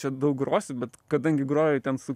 čia daug grosi bet kadangi groji ten su